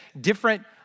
different